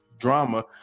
drama